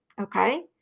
okay